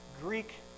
Greek